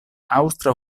aŭstra